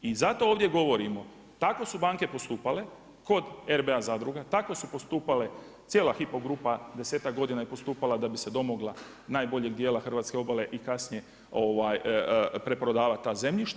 I zato ovdje govorimo tako su banke postupale kod RBA zadruga, tako su postupale cijela HYPO grupa desetak godina je postupala da bi se domogla najboljeg dijela hrvatske obale i kasnije preprodavala ta zemljišta.